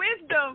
wisdom